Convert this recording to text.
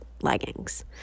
leggings